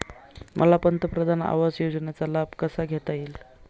मला पंतप्रधान आवास योजनेचा लाभ कसा घेता येईल?